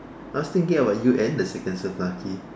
I was thinking about you and the seconds of lucky